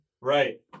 Right